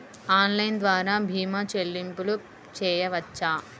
Online ద్వార భీమా చెల్లింపులు చేయవచ్చా?